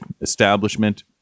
establishment